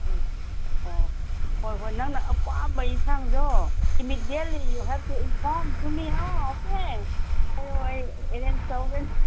ꯎꯝ ꯑꯣ ꯍꯣꯏ ꯍꯣꯏ ꯅꯪꯅ ꯑꯄꯥꯝꯕ ꯏꯟꯁꯥꯡꯗꯣ immediately you have to inform to me ꯍꯥ ꯑꯣꯀꯦ ꯍꯥꯏꯔꯣ ꯑꯩ ꯑꯦꯔꯦꯟꯁ ꯇꯧꯒꯦ